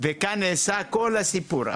וכאן נעשה כל הסיפור.